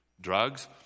Drugs